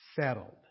Settled